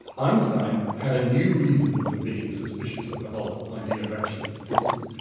einstein had a new reason for being suspicious of the whole idea of action at a distance,